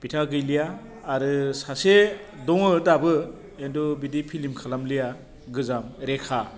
बिथाङा गैलिया आरो सासे दङ दाबो खिन्थु बिदि फिल्म खालामलिया गोजाम रेखा